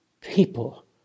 people